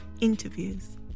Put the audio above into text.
interviews